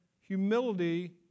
humility